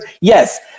yes